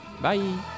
Bye